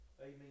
Amen